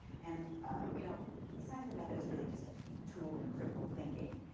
and you know the scientific method is really just a tool in critical thinking.